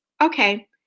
Okay